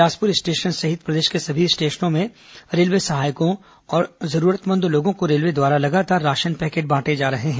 Bilaspur station सहित प्रदेश के सभी स्टेशनों में रेलवे सहायकों और जरूरतमंदों को रेलवे द्वारा लगातार राशन पैकेट बांटे जा रहे हैं